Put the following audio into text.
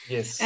Yes